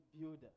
builder